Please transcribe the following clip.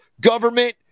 government